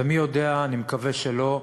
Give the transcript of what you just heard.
ומי יודע, אני מקווה שלא,